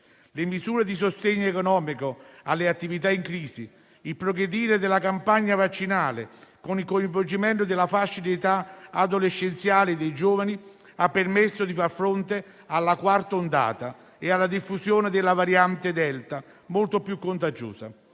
Le misure di sostegno economico alle attività in crisi e il progredire della campagna vaccinale con il coinvolgimento della fascia di età adolescenziale e dei giovani hanno permesso di far fronte alla quarta ondata e alla diffusione della variante Delta, molto più contagiosa.